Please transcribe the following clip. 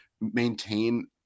maintain